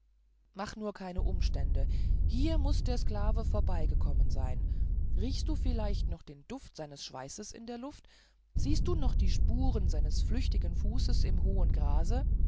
mach nur keine umstände hier muß der sklave vorbeigekommen sein riechst du vielleicht noch den duft seines schweißes in der luft siehst du noch die spuren seines flüchtigen fußes im hohen grase